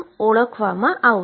તેથી મને ℏω2x મળે છે